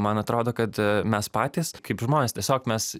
man atrodo kad mes patys kaip žmonės tiesiog mes